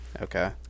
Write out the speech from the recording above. Okay